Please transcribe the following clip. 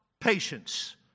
patience